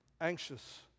anxious